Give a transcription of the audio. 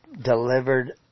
delivered